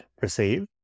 receive